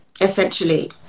essentially